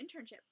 internship